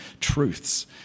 truths